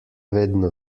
vedno